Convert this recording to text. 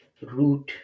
root